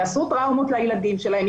יעשו טראומות לילדים שלהם,